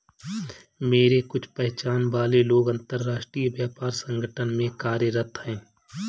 मेरे कुछ पहचान वाले लोग अंतर्राष्ट्रीय व्यापार संगठन में कार्यरत है